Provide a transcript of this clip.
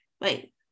wait